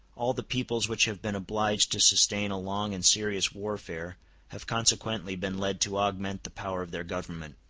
all the peoples which have been obliged to sustain a long and serious warfare have consequently been led to augment the power of their government.